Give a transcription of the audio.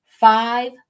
Five